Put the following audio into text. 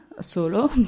Solo